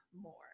more